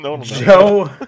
Joe